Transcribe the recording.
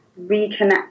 reconnect